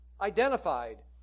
identified